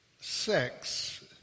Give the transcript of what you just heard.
sex